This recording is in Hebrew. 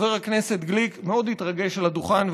חבר הכנסת גליק מאוד התרגש על הדוכן,